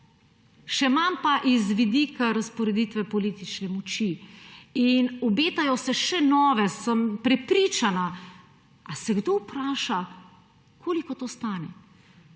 še manj pa z vidika razporeditve politične moči. Obetajo se še nove, sem prepričana. Ali se kdo vpraša, koliko to stane?